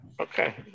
okay